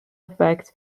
effect